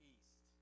East